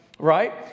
Right